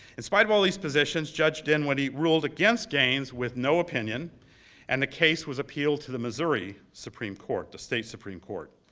in spite of all of these positions, judge dinwiddie ruled against gaines with no opinion and the case was appealed to the missouri supreme court, the state supreme court.